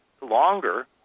longer